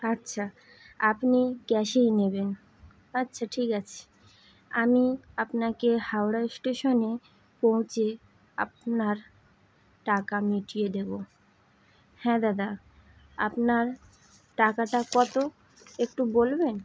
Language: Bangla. আচ্ছা আপনি ক্যাশেই নেবেন আচ্ছা ঠিক আছে আমি আপনাকে হাওড়া স্টেশনে পৌঁছে আপনার টাকা মিটিয়ে দেবো হ্যাঁ দাদা আপনার টাকাটা কত একটু বলবেন